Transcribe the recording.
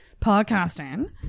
podcasting